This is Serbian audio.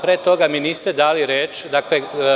Pre toga mi niste dali reč, dakle…